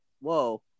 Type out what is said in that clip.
whoa